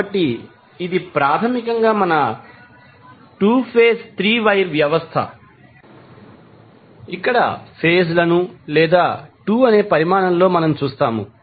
కాబట్టి ఇది ప్రాథమికంగా మన 2 ఫేజ్ 3 వైర్ వ్యవస్థ ఇక్కడ మనం ఫేజ్ లను లేదా 2 అనే పరిమాణంలో చూస్తాము